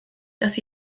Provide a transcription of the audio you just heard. das